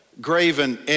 graven